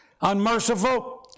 Unmerciful